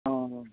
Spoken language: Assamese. অঁ